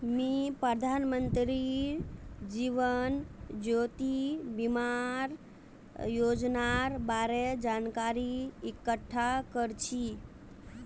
मी प्रधानमंत्री जीवन ज्योति बीमार योजनार बारे जानकारी इकट्ठा कर छी